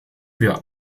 wir